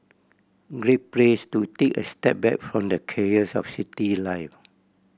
great place to take a step back from the chaos of city life